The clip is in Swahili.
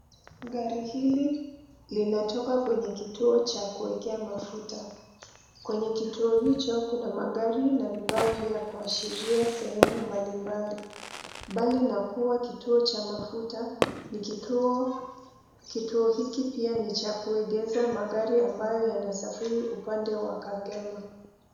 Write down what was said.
Gari hili linatoka kwenye kituo cha kuekea mafuta. Kwenye kituo hicho kuna magari na vibao vya kuashiria sehemu mbalimbali. Bali na kuwa kituo cha mafuta, kituo hiki pia ni cha kuegeza magari ambayo yanasafiri upande wa kangema.